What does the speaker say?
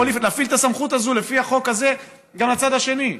הוא יכול להפעיל את הסמכות הזאת לפי החוק הזה גם לצד השני.